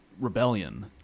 rebellion